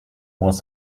was